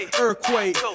Earthquake